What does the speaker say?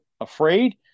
afraid